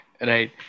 Right